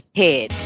head